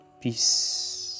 Peace